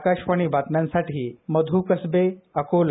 आकाशवाणी बातम्यांसाठी मध् कसबे अकोला